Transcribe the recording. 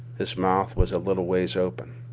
his mouth was a little ways open.